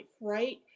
right